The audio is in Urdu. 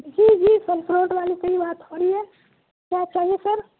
جی جی سر فروٹ والے سے ہی بات ہو رہی ہے کیا چاہیے سر